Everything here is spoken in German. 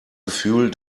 gefühl